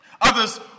Others